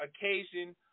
occasion